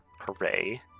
Hooray